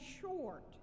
short